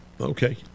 Okay